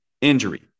injury